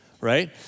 right